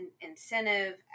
incentive